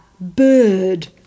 bird